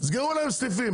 תסגרו להם סניפים.